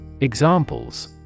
Examples